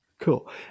Cool